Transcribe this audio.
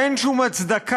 אין שום הצדקה,